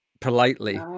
politely